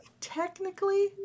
Technically